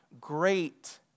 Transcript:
great